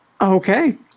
Okay